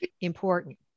important